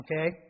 Okay